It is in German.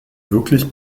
wirklich